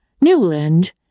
Newland